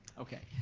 okay,